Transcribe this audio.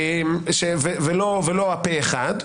ולא הפה-אחד.